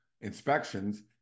inspections